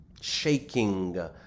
Shaking